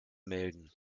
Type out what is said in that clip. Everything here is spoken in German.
melden